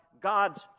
God's